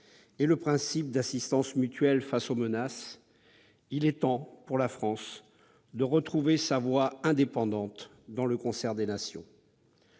sur le principe d'assistance mutuelle face aux menaces, il est temps pour la France de retrouver une voix indépendante dans le concert des nations.